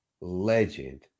legend